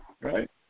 right